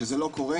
שזה לא קורה,